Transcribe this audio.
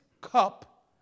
cup